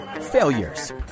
failures